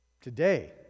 Today